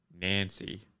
nancy